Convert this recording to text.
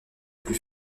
plus